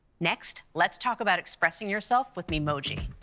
next, let's talk about expressing yourself with memoji.